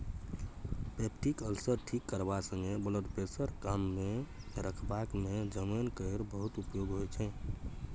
peptic ulcer ठीक करबा संगे ब्लडप्रेशर काबुमे रखबाक मे जमैन केर बहुत प्रयोग होइ छै